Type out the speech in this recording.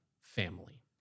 family